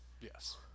Yes